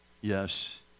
yes